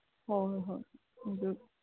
ꯍꯣꯏ ꯍꯣꯏ ꯑꯗꯨ